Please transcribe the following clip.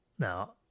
Now